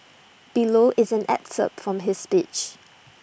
below is an excerpt from his speech